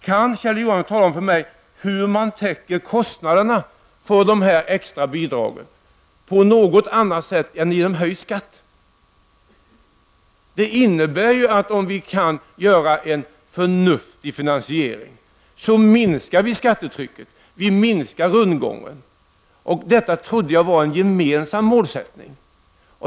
Kan Kjell Johansson tala om för mig hur man på något annat sätt än genom höjd skatt täcker kostnaderna för dessa extra bidrag? Om vi kan göra en förnuftig finansiering minskar vi skattetrycket och minskar rundgången. Detta trodde jag var en gemensam målsättning.